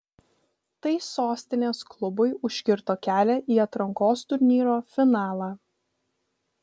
tai sostinės klubui užkirto kelią į atrankos turnyro finalą